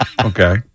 Okay